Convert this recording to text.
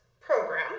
program